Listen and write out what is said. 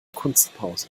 kunstpause